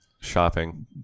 shopping